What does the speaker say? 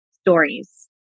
stories